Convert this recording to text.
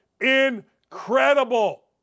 incredible